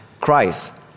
Christ